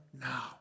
now